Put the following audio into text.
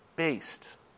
based